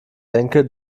denke